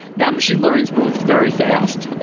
now machine learnings move very fast. ah